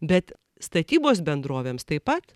bet statybos bendrovėms taip pat